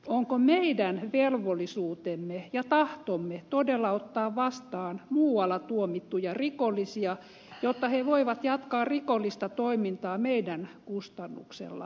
onko meidän velvollisuutemme ja tahtomme todella ottaa vastaan muualla tuomittuja rikollisia jotta he voivat jatkaa rikollista toimintaansa meidän kustannuksellamme